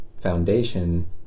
foundation